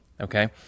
okay